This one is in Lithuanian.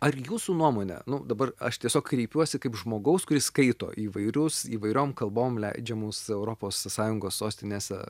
ar jūsų nuomone nu dabar aš tiesiog kreipiuosi kaip žmogaus kuris skaito įvairius įvairiom kalbom leidžiamus europos sąjungos sostinėse